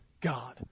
God